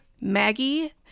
Maggie